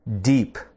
deep